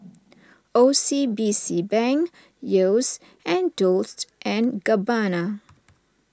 O C B C Bank Yeo's and Dolce and Gabbana